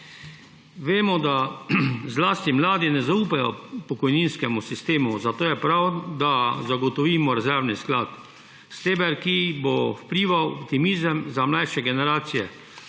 Vemo, da zlasti mladi ne zaupajo pokojninskemu sistemu. Zato je prav, da zagotovimo rezervni sklad, ki bo vplival optimizem mlajšim generacijam,